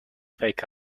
fake